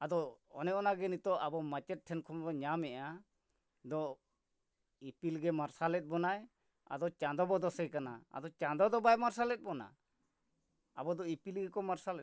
ᱟᱫᱚ ᱚᱱᱮ ᱚᱱᱟ ᱜᱮ ᱱᱤᱛᱚᱜ ᱟᱵᱚ ᱢᱟᱪᱮᱫ ᱴᱷᱮᱱ ᱠᱷᱚᱱ ᱵᱚᱱ ᱧᱟᱢᱮᱜᱼᱟ ᱫᱚ ᱤᱯᱤᱞ ᱜᱮ ᱢᱟᱨᱥᱟᱞᱮᱫ ᱵᱚᱱᱟᱭ ᱟᱫᱚ ᱪᱟᱸᱫᱚ ᱵᱚ ᱫᱚᱥᱮ ᱠᱟᱱᱟ ᱟᱫᱚ ᱪᱟᱸᱫᱚ ᱫᱚ ᱵᱟᱭ ᱢᱟᱨᱥᱟᱞᱮᱫ ᱵᱚᱱᱟ ᱟᱵᱚ ᱫᱚ ᱤᱯᱤᱞ ᱜᱮᱠᱚ ᱢᱟᱨᱥᱟᱞᱮᱫ ᱵᱚᱱᱟ